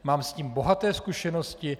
Mám s tím bohaté zkušenosti.